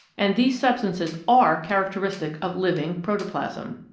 and these substances are characteristic of living protoplasm.